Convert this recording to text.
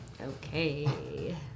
Okay